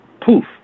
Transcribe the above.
poof